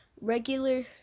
regular